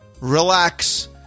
relax